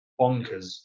bonkers